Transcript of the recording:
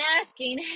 asking